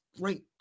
great